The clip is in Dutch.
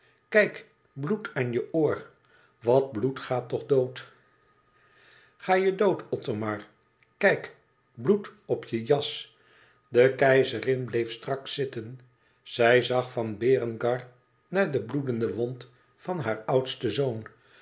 kijk bloed aan je oor wat bloedt gaat toch dood ga je dood othomar kijk bloed op je jas de keizerin bleef strak zitten zij zag van berengar naar de bloedende wond van haar oudsten zoon